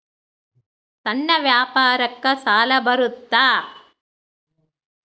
ಸಣ್ಣ ವ್ಯಾಪಾರಕ್ಕ ಸಾಲ ಬರುತ್ತಾ?